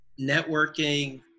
networking